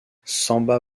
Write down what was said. samba